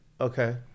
Okay